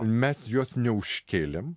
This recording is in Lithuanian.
mes jos neužkėlėm